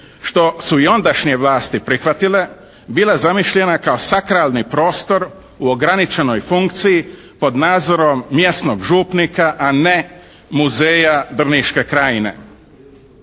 što su i ondašnje vlasti prihvatile bila zamišljena kao sakralni prostor u ograničenoj funkciji pod nadzorom mjesnog župnika a ne muzeja drniške krajine.